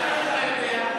איך אתה יודע?